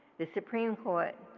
the supreme court